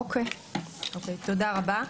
אוקיי, תודה רבה.